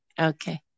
Okay